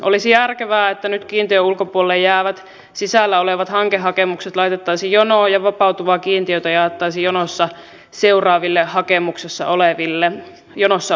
olisi järkevää että nyt kiintiön ulkopuolelle jäävät sisällä olevat hankehakemukset laitettaisiin jonoon ja vapautuvaa kiintiötä jaettaisiin seuraaville jonossa oleville hakemuksille